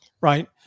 right